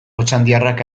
otxandiarrak